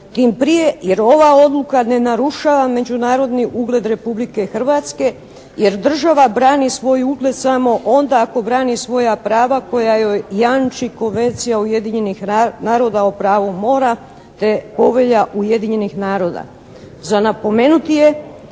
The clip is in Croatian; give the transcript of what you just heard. tim prije jer ova odluka ne narušava međunarodni ugled Republike Hrvatske jer država brani svoj ugled samo onda ako brani svoja prava koja joj jamči Konvencija Ujedinjenih naroda o pravu mora te povelja Ujedinjenih naroda. Za napomenuti je